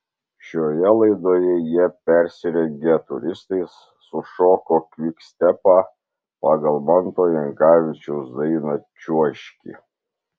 šioje laidoje jie persirengę turistais sušoko kvikstepą pagal manto jankavičiaus dainą čiuožki